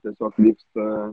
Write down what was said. tiesiog vyksta